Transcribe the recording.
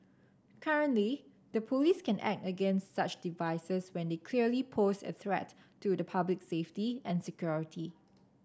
currently the police can act against such devices when they clearly pose a threat to the public safety and security